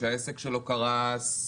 שהעסק שלו קרס,